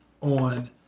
on